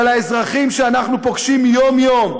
ולאזרחים שאנחנו פוגשים יום-יום,